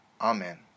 Amen